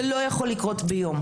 זה לא יכול לקרות ביום.